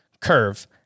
curve